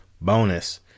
bonus